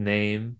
Name